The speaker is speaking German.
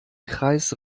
kreis